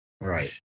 Right